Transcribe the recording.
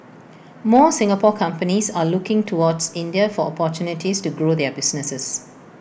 more Singapore companies are also looking towards India for opportunities to grow their businesses